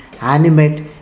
animate